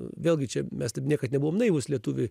vėlgi čia mes taip niekad nebuvom naivūs lietuviai